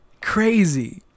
Crazy